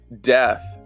death